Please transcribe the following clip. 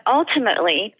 ultimately